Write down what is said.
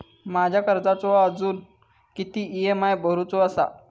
माझ्या कर्जाचो अजून किती ई.एम.आय भरूचो असा?